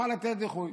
יוכל לתת דיחוי.